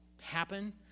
happen